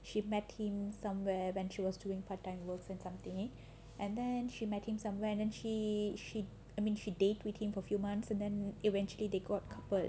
she met him somewhere when she was doing part time work or something and then she met him somewhere then she she I mean she date with him for a few months and then eventually they got coupled